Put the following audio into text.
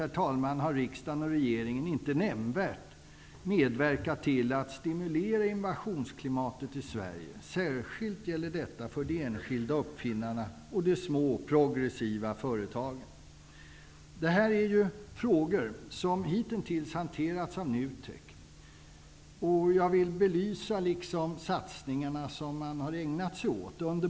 Hitintills har riksdagen och regeringen inte nämnvärt medverkat till att innovationsklimatet stimuleras. Särskilt gäller detta för de enskilda uppfinnarna och de små progressiva företagen. Dessa frågor har hitintills hanterats av NUTEK. Jag vill belysa de satsningar som man har ägnat sig åt.